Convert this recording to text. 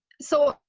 so,